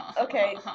Okay